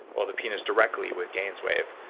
well the penis directly with gainswave,